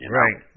right